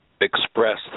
express